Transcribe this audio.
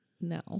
No